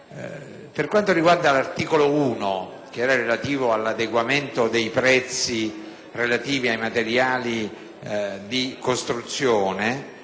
Per quanto riguarda l'articolo 1, relativo all'adeguamento dei prezzi dei materiali di costruzione,